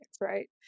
right